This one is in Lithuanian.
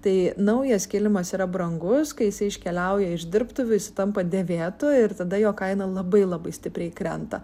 tai naujas kilimas yra brangus kai jisai iškeliauja išdirbtuvių jisai tampa padėvėtu ir tada jo kaina labai labai stipriai krenta